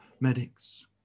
medics